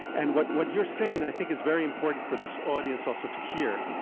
and what what you're saying i think is very important for this audience also to hear.